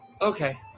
Okay